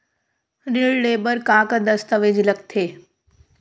ऋण ले बर का का दस्तावेज लगथे?